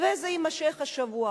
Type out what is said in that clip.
וזה נמשך בשבוע שעבר עם ערוץ-10,